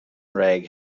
rag